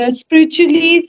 spiritually